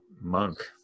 Monk